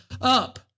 Up